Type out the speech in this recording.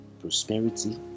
prosperity